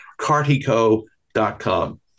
cartico.com